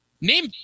Name